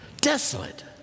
desolate